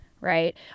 right